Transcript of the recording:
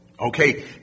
Okay